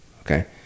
okay